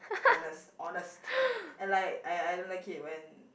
honest honest and like I I don't like it when